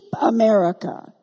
America